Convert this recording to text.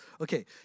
Okay